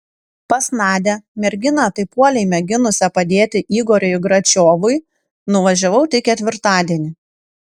pas nadią merginą taip uoliai mėginusią padėti igoriui gračiovui nuvažiavau tik ketvirtadienį